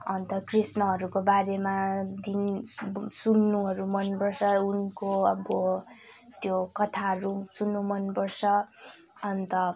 अन्त कृष्णहरूको बारेमा दिन सुन्नुहरू मनपर्छ उनको अब त्यो कथाहरू सुन्नु मनपर्छ अन्त